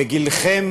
בגילכם